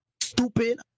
Stupid